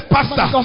Pastor